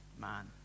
Man